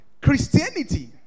Christianity